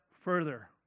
further